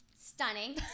Stunning